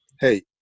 Hey